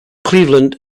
cleveland